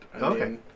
Okay